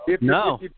No